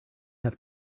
have